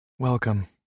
Welcome